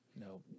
no